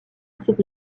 cette